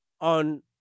on